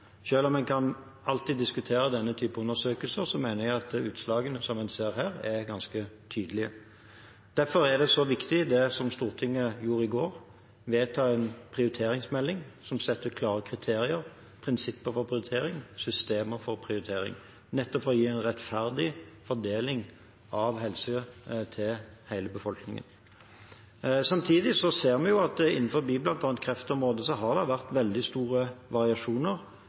om man alltid kan diskutere denne type undersøkelser, mener jeg at utslagene man ser her, er ganske tydelige. Derfor er det så viktig det som Stortinget vedtok i går, en prioriteringsmelding som setter klare kriterier, prinsipper for prioritering, systemer for prioritering – nettopp for å gi en rettferdig fordeling av helsehjelpen til hele befolkningen. Samtidig ser vi at bl.a. innenfor kreftområdet har det vært veldig store variasjoner